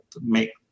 make